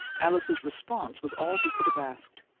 alice's response was all he could have asked.